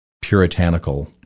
puritanical